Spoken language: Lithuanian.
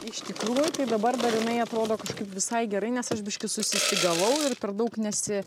iš tikrųjų tai dabar dar jinai atrodo kažkaip visai gerai nes aš biškį susistygavau ir per daug nesi